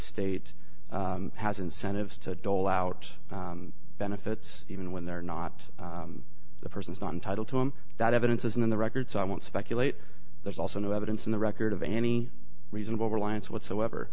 state has incentives to dole out benefits even when they're not the person's not entitled to him that evidence isn't in the record so i won't speculate there's also no evidence in the record of any reasonable reliance whatsoever